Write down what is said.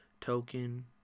Token